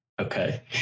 okay